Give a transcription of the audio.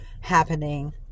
happening